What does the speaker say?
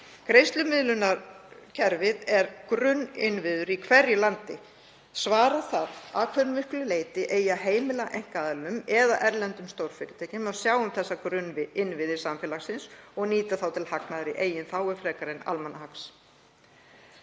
Greiðslumiðlunarkerfið er grunninnviður í hverju landi, svara þarf að hve miklu leyti eigi að heimila einkaaðilum eða erlendum stórfyrirtækjum að sjá um þá grunninnviði samfélagsins og nýta þá til hagnaðar í eigin þágu frekar en almannahags.